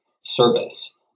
service